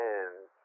Hands